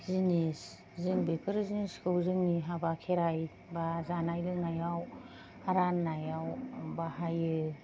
जिनिस जों बेफोर जिनिसखौ जोंनि हाबा खेराय बा जानाय लोंनायाव राननायाव बाहायो